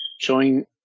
showing